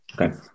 Okay